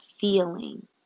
feeling